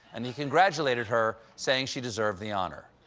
and he congratulated her, saying she deserved the honor.